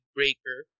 Breaker